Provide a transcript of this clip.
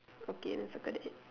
okay settled that's it